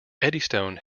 eddystone